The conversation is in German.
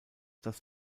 das